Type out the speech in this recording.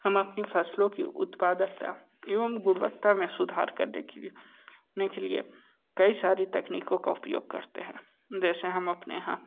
हम अपनी फसलों की उत्पादकता एवं गुणवत्ता में सुधार करने के लिए ने के लिए कई सारी तकनीकों का उपयोग करते हैं जैसे हम अपने यहाँ